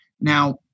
Now